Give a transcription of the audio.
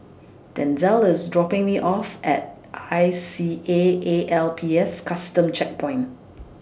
Denzel IS dropping Me off At I C A A L P S Custom Checkpoint